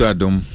Adam